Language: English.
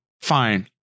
fine